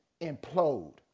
implode